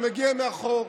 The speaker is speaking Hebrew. שמגיע מאחור.